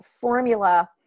formula